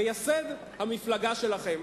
מייסד המפלגה שלכם,